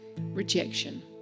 Rejection